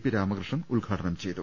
P Ramakrishnan ഉദ്ഘാടനം ചെയ്തു